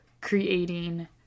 Creating